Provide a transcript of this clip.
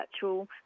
virtual